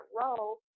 role